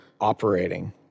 operating